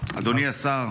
אדוני השר,